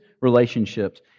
relationships